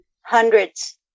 Hundreds